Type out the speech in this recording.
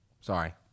Sorry